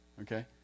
okay